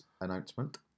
announcement